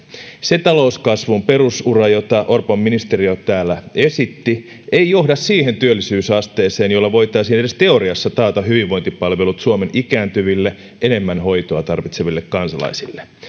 se talouskasvun perusura jota orpon ministeriö täällä esitti ei johda siihen työllisyysasteeseen jolla voitaisiin edes teoriassa taata hyvinvointipalvelut suomen ikääntyville enemmän hoitoa tarvitseville kansalaisille